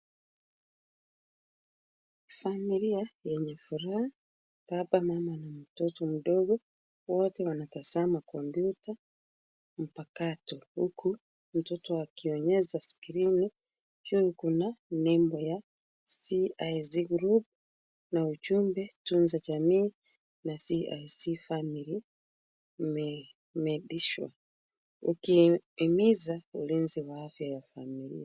Familia yenye furaha; baba mama na mtoto mdogo. Wote wanatazama computer mpakato, huku mtoto akionyesha skrini. Juu kuna nimbo ya [cz]CIC group na ujumbe"Tunza jamii na CIC Family Medisure ".ukihimiza ulinzi wa afya ya familia